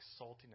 saltiness